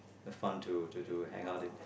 the fun to to to hang out in